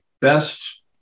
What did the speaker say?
best